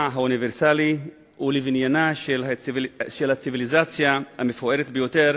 האוניברסלי ולבניינה של הציוויליזציה המפוארת ביותר